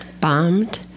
bombed